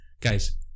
guys